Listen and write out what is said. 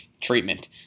treatment